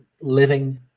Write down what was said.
living